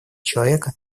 человека